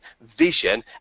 vision